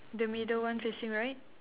the middle one facing right